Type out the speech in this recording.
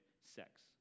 sex